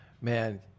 Man